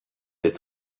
est